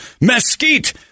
mesquite